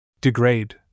Degrade